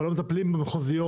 לא מטפלים במחוזיות,